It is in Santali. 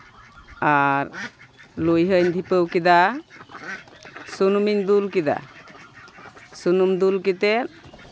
ᱟᱨ ᱞᱩᱭᱦᱟᱹᱧ ᱫᱷᱤᱯᱟᱹᱣ ᱠᱮᱫᱟ ᱥᱩᱱᱩᱢᱤᱧ ᱫᱩᱞ ᱠᱮᱫᱟ ᱥᱩᱱᱩᱢ ᱫᱩᱞ ᱠᱟᱛᱮᱫ